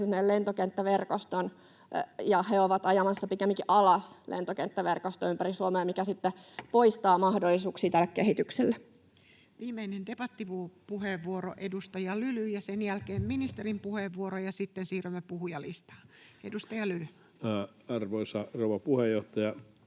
lentokenttäverkostoon, ja he ovat ajamassa pikemminkin alas lentokenttäverkostoa ympäri Suomea, mikä sitten poistaa mahdollisuuksia tälle kehitykselle. Viimeinen debattipuheenvuoro, edustaja Lyly, ja sen jälkeen ministerin puheenvuoro, ja sitten siirrymme puhujalistaan. — Edustaja Lyly. Arvoisa rouva puhemies!